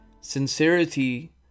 Sincerity